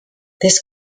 this